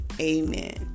Amen